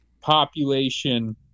population